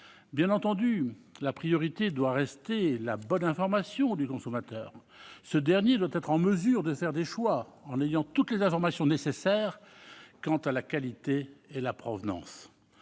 Bien entendu, la priorité doit rester la bonne information du consommateur. Ce dernier doit être en mesure de faire des choix, en ayant toutes les informations nécessaires quant à la qualité et la provenance.